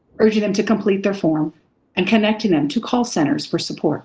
urging them to complete their form and connecting them to call centers for support